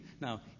Now